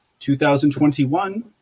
2021